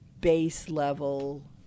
base-level